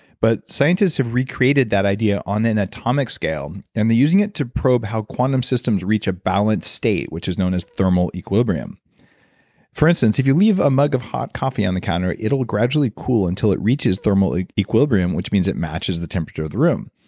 but scientists have recreated that idea on an atomic scale and they're using it to probe how quantum systems reach a balanced state which is known as thermal equilibrium for instance if you leave a mug of hot coffee on the counter it will gradually cool until it reaches thermal equilibrium which means it matches the temperature of the room.